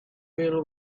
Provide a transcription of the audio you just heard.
will